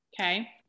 Okay